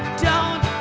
down.